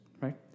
Right